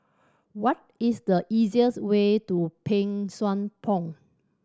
what is the easiest way to Pang Sua Pond